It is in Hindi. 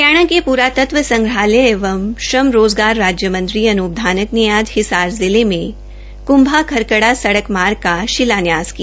हरियाणा के पुरातत्व संग्रहालय एवं श्रम रोजगार राज्य मंत्री अनप धानक ने आज हिसार जिले में कुंभा सरकडा सडक मार्ग का शिलान्यास किया